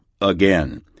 again